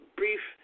brief